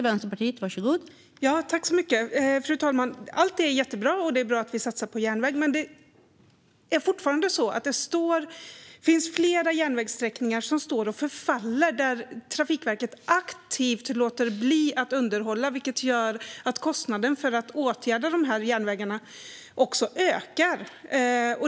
Fru talman! Det är jättebra att vi satsar på järnvägen, men fortfarande står flera järnvägssträckor och förfaller. Trafikverket låter aktivt bli att underhålla, vilket gör att kostnaden för att åtgärda dessa järnvägar ökar.